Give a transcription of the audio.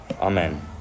Amen